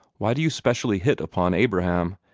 why do you specially hit upon abraham?